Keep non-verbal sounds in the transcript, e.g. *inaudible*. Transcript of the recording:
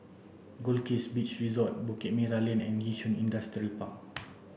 Goldkist Beach Resort Bukit Merah Lane and Yishun Industrial Park *noise*